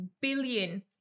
billion